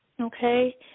Okay